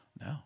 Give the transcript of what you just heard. No